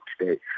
today